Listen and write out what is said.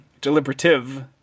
deliberative